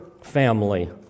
family